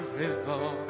river